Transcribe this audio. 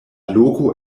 loko